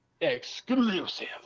Exclusive